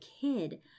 kid